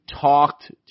talked